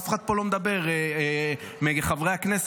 אף אחד פה מחברי הכנסת,